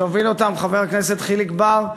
שהוביל אותה חבר הכנסת חיליק בר,